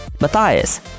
Matthias